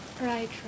Right